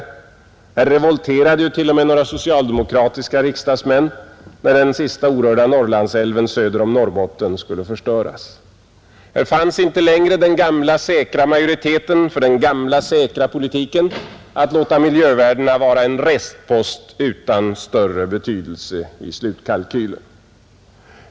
I den frågan revolterade ju t.o.m., några socialdemokratiska riksdagsmän när den sista orörda Norrlandsälven söder om Norrbotten skulle förstöras. Här fanns inte längre den gamla säkra majoriteten för den gamla säkra politiken att låta miljövärdena vara en restpost utan större betydelse i slutkalkylen.